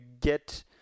get